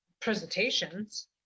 presentations